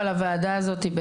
אבל הוועדה הזאתי,